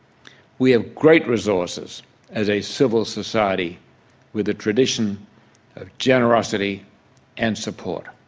we have great resources as a civil society with a tradition of generosity and support.